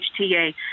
HTA